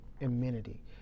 amenity